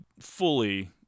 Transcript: fully